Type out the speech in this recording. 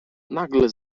nagle